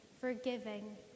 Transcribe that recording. forgiving